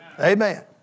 Amen